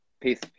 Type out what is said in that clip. Peace